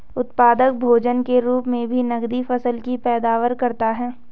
उत्पादक भोजन के रूप मे भी नकदी फसल की पैदावार करता है